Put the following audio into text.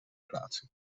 plaatsen